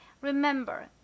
remember